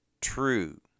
true